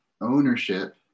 ownership